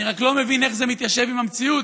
אני רק לא מבין איך זה מתיישב עם המציאות